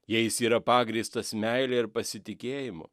jei jis yra pagrįstas meile ir pasitikėjimu